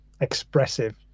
Expressive